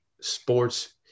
sports